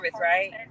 right